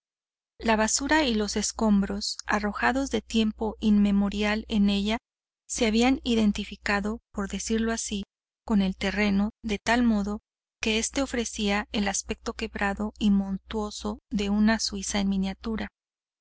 la basura y los escombros arrojados de tiempo inmemorial en ella se habían identificado por decirlo así con el terreno de tal modo que éste ofrecía el aspecto quebrado y montuoso de una suiza en miniatura